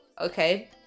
Okay